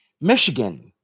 Michigan